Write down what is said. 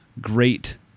great